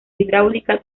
hidráulica